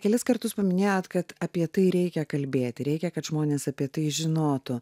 kelis kartus paminėjot kad apie tai reikia kalbėt reikia kad žmonės apie tai žinotų